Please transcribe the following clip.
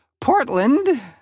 Portland